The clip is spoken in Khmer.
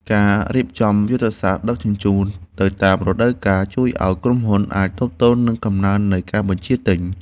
ការរៀបចំយុទ្ធសាស្ត្រដឹកជញ្ជូនទៅតាមរដូវកាលជួយឱ្យក្រុមហ៊ុនអាចទប់ទល់នឹងកំណើននៃការបញ្ជាទិញ។